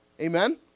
Amen